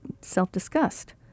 self-disgust